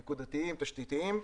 נקודתיים תשתיתיים,